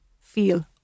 feel